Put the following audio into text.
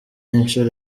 inshuro